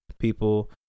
people